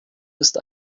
ist